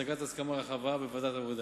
השגת הסכמה רחבה בוועדת העבודה,